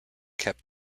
kept